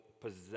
possess